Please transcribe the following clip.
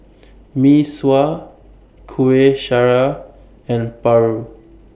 Mee Sua Kuih Syara and Paru